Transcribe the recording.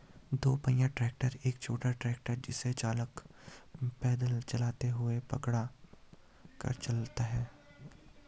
दो पहिया ट्रैक्टर एक छोटा ट्रैक्टर है जिसे चालक पैदल चलते हुए पकड़ कर चलाता है